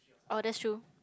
orh that's true